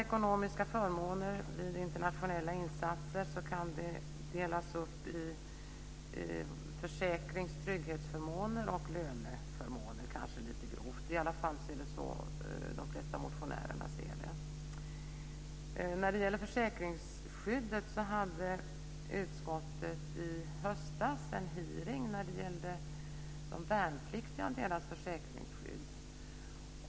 Ekonomiska förmåner vid internationella insatser kan delas upp i försäkrings och trygghetsförmåner och löneförmåner - kanske lite grovt. I alla fall är det så de flesta motionärerna ser det. När det gäller försäkringsskyddet hade utskottet i höstas en hearing om de värnpliktiga och deras försäkringsskydd.